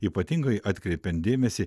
ypatingai atkreipiant dėmesį